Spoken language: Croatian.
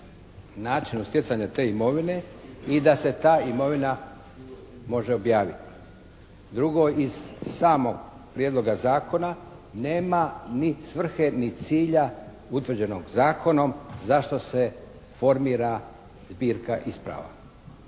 načinu stjecanja te imovine i da se ta imovina može objaviti. Drugo iz samog prijedloga zakona nema ni svrhe ni cilja utvrđenog zakonom zašto se formira zbirka isprava